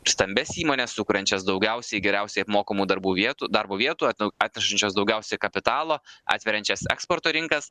stambias įmones sukuriančias daugiausiai geriausiai apmokamų darbų vietų darbo vietų tau atnešančias daugiausiai kapitalo atveriančias eksporto rinkas